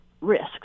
risks